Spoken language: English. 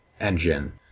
engine